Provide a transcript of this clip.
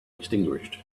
extinguished